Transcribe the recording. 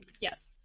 Yes